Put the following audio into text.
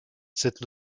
cette